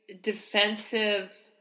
defensive